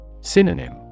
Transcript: Synonym